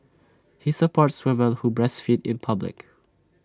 he supports women who breastfeed in public